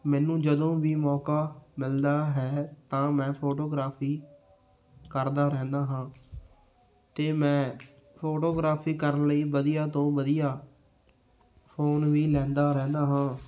ਮੈਨੂੰ ਜਦੋਂ ਵੀ ਮੌਕਾ ਮਿਲਦਾ ਹੈ ਤਾਂ ਮੈਂ ਫੋਟੋਗ੍ਰਾਫੀ ਕਰਦਾ ਰਹਿੰਦਾ ਹਾਂ ਅਤੇ ਮੈਂ ਫੋਟੋਗ੍ਰਾਫੀ ਕਰਨ ਲਈ ਵਧੀਆ ਤੋਂ ਵਧੀਆ ਫੋਨ ਵੀ ਲੈਂਦਾ ਰਹਿੰਦਾ ਹਾਂ